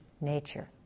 nature